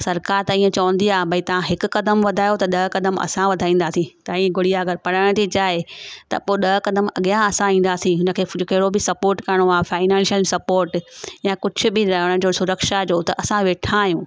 सरकारि त इहो चवंदी आहे भई तव्हां हिकु क़दम वधायो त ॾह क़दम असां वधाईंदासीं तव्हांजी गुड़िया अगरि पढ़णु थी चाहे त पोइ ॾह क़दम अॻियां असां ईंदासीं हुनखे कहिड़ो बि सपोट करिणो आहे फाइनेंशल सपोट या कुझु बि करण जो सुरक्षा जो त असां वेठा आहियूं